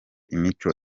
imico